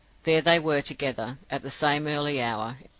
there they were together, at the same early hour,